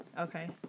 Okay